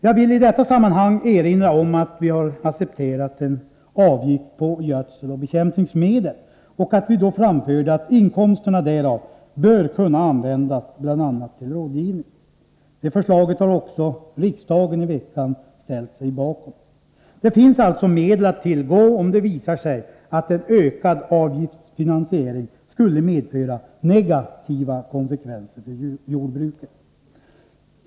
Jag vill i detta sammanhang erinra om att vi har accepterat en avgift på gödseloch bekämpningsmedel och att vi då framförde att inkomsterna därav bör kunna användas bl.a. till rådgivning. Det förslaget har också riksdagen i veckan ställt sig bakom. Det finns alltså medel att tillgå, om det visar sig att en ökad avgiftsfinansiering skulle medföra negativa konsekvenser för jordbruket.